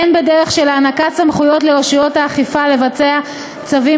הן בדרך של הענקת סמכויות לרשויות האכיפה לבצע צווים